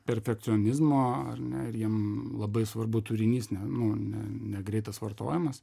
perfekcionizmo ar ne jiem labai svarbu turinys ne nu ne negreitas vartojimas